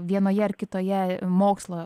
vienoje ar kitoje mokslo